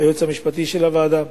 והיועץ המשפטי של הוועדה,